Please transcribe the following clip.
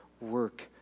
work